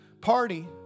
party